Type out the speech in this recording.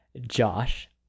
Josh